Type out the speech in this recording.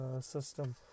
system